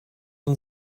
von